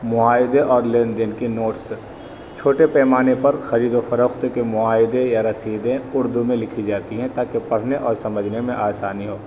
معاہدے اور لین دین کے نوٹس چھوٹے پیمانے پر خرید و فروخت کے معاہدے یا رسیدیں اردو میں لکھی جاتی ہیں تاکہ پڑھنے اور سمجھنے میں آسانی ہو